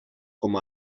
com